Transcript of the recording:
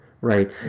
Right